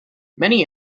many